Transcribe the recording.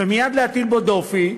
ומייד להטיל בו דופי.